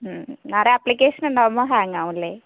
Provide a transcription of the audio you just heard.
മ് ഓരോ അപ്ലിക്കേഷൻ ഉണ്ടാവുമ്പോൾ ഹാങ്ങ് ആവും അല്ലെ